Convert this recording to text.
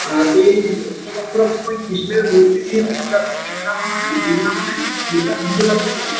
আর এই রথযাত্রার সময় কৃষ্ণের মূর্তি দিয়ে বৃন্দা বৃন্দাবন আছে না বৃন্দাবনে